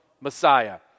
Messiah